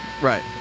Right